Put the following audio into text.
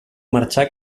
marxà